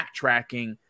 backtracking